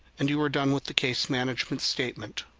and you are done with the case management statement.